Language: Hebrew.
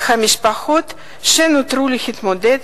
על המשפחות שנותרו להתמודד